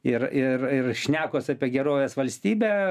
ir ir ir šnekos apie gerovės valstybę